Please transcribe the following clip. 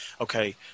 Okay